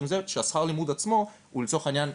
כששכר הלימוד עצמו הוא לצורך העניין,